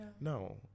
no